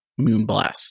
Moonblast